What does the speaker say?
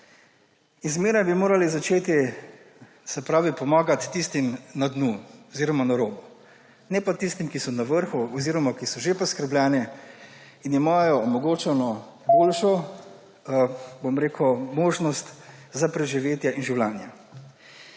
Vedno bi morali začeti pomagati tistim na dnu oziroma na robu, ne pa tistim, ki so na vrhu oziroma ki so že priskrbljeni in imajo omogočeno boljšo možnost za preživetje in življenje.